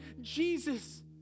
Jesus